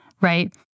right